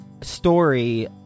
story